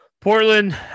Portland